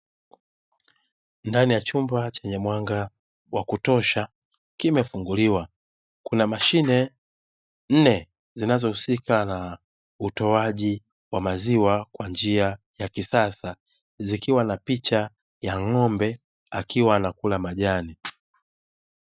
Ndani ya chumba chenye mwanga wa kutosha kimefunguliwa. Kuna mashine nne zinazohusika na utoaji wa maziwa kwa njia ya kisasa, zikiwa na picha ya ng'ombe akiwa anakula majani.